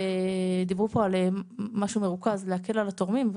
דיברו פה על משהו מרוכז להקל על התורמים,